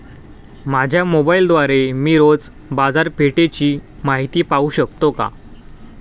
माझ्या मोबाइलद्वारे मी रोज बाजारपेठेची माहिती पाहू शकतो का?